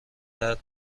درد